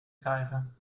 krijgen